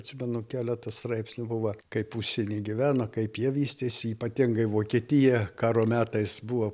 atsimenu keletas straipsnių buvo kaip užsieny gyveno kaip jie vystėsi ypatingai vokietija karo metais buvo